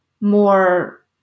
more